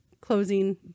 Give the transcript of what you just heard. closing